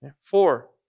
Four